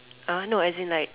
no as in like